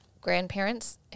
grandparents